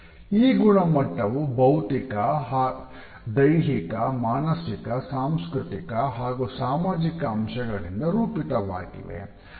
ಈ ಗುಣಮಟ್ಟವು ಭೌತಿಕ ದೈಹಿಕ ಮಾನಸಿಕ ಸಾಂಸ್ಕೃತಿಕ ಹಾಗೂ ಸಾಮಾಜಿಕ ಅಂಶಗಳಿಂದ ರೂಪಿತವಾಗಿವೆ